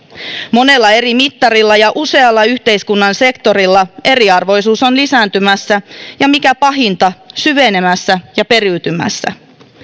monella eri mittarilla ja usealla yhteiskunnan sektorilla eriarvoisuus on lisääntymässä ja mikä pahinta syvenemässä ja periytymässä